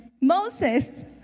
Moses